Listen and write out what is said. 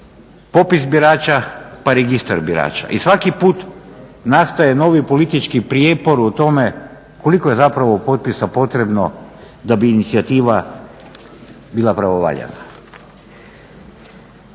popis birača, pa registar birača. I svaki put nastaje novi politički prijepor u tome koliko je zapravo potpisa potrebno da bi inicijativa bila pravovaljana.